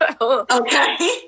Okay